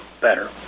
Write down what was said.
better